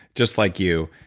just like you,